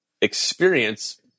experience